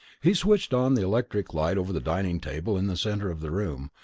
he switched on the electric light over the dining table in the centre of the room,